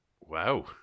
Wow